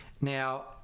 Now